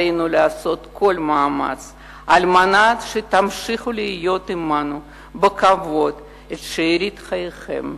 עלינו לעשות כל מאמץ על מנת שתמשיכו לחיות עמנו בכבוד את שארית חייכם.